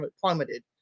plummeted